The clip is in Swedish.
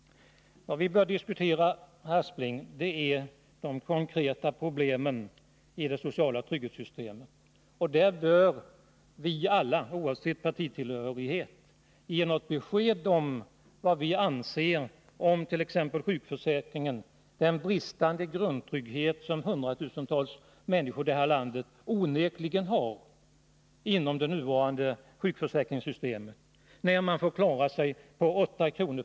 Vad vi bör diskutera, herr Aspling, är de konkreta problemen i det sociala trygghetssystemet, och där bör vi alla oavsett partitillhörighet ge något besked om vad vi anser om t.ex. sjukförsäkringen, om den bristande grundtrygghet som hundratusentals människor i detta land onekligen har inom det nuvarande sjukförsäkringssystemet, när man får klara sig på 8 kr.